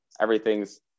everything's